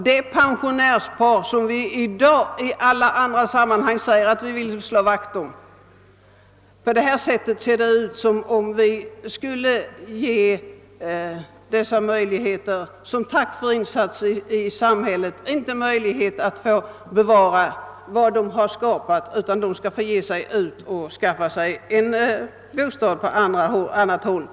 I andra sammanhang förklarar vi ofta att vi skall slå vakt om våra pensiomärer som tack för de insatser de giort i samhället, men de två i denna stuga blir i stället tvungna att som pensionärer ge sig ut på marknaden och skaffa sig en bostad på annat håll.